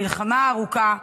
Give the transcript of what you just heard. המלחמה הארוכה,